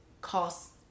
cost